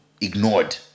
ignored